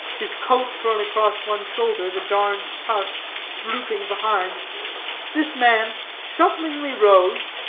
his coat thrown across one shoulder, the darned cuffs drooping behind this man shufflingly rose,